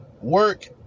work